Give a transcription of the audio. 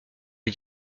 des